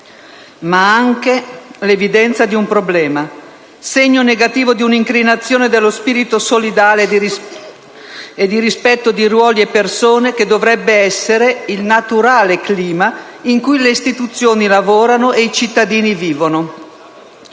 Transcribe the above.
ma anche l'evidenza di un problema, segno negativo di una incrinatura dello spirito solidale e di rispetto di ruoli e persone, che dovrebbe essere il naturale clima in cui le istituzioni lavorano e i cittadini vivono.